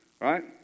Right